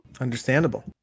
Understandable